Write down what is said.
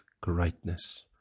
greatness